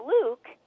Luke